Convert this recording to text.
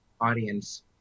audience